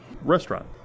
restaurant